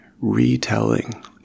retelling